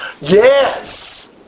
yes